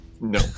No